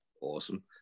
Awesome